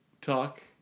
talk